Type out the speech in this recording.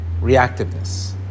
reactiveness